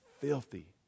filthy